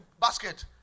basket